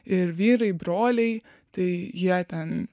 ir vyrai broliai tai jie ten